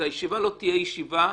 הישיבה לא תהיה ישיבה,